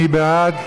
מי בעד?